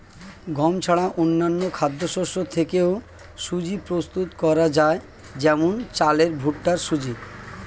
গম ছাড়া অন্যান্য খাদ্যশস্য থেকেও সুজি প্রস্তুত করা যায় যেমন চালের ভুট্টার সুজি